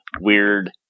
weird